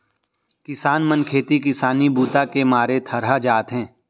किसान मन खेती किसानी बूता के मारे थरहा जाथे